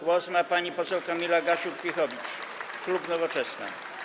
Głos ma pani poseł Kamila Gasiuk-Pihowicz, klub Nowoczesna.